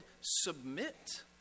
submit